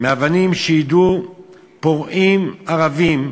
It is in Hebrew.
מאבנים שיידו פורעים ערבים.